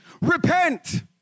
Repent